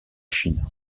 chine